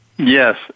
Yes